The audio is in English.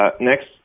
next